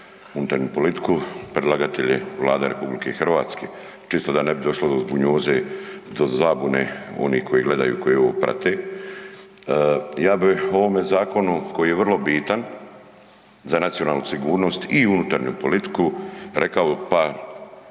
unutarnju politiku, predlagatelj je Vlada RH, čisto da ne bi došlo do zbunjoze, do zabune onih koji gledaju, koji ovo prate. Ja bi u ovome zakonu koji je vrlo bitan za nacionalnu sigurnost i unutarnju politiku rekao par